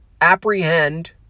apprehend